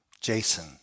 Jason